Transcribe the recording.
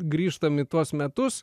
grįžtam į tuos metus